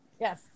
Yes